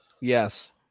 Yes